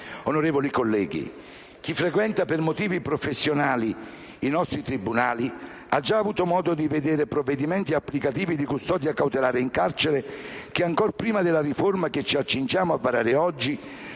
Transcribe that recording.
Onorevoli colleghi, chi frequenta per motivi professionali i nostri tribunali ha già avuto modo di vedere provvedimenti applicativi di custodia cautelare in carcere che, ancor prima della riforma che ci accingiamo a varare oggi,